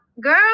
girl